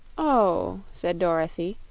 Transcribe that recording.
oh, said dorothy,